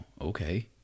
okay